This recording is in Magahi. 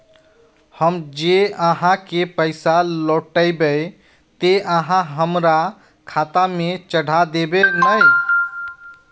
हम जे आहाँ के पैसा लौटैबे ते आहाँ हमरा खाता में चढ़ा देबे नय?